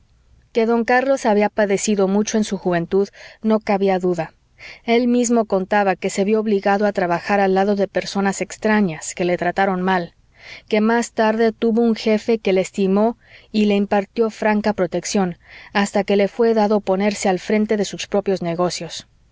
que don carlos había padecido mucho en su juventud no cabía duda él mismo contaba que se vió obligado a trabajar al lado de personas extrañas que le trataron mal que más tarde tuvo un jefe que le estimó y le impartió franca protección hasta que le fué dado ponerse al frente de sus propios negocios